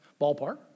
ballpark